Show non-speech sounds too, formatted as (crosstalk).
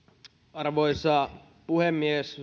arvoisa puhemies (unintelligible)